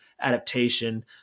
adaptation